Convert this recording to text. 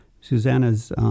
Susanna's